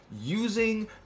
using